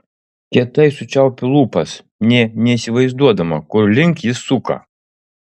kietai sučiaupiu lūpas nė neįsivaizduodama kur link jis suka